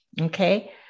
okay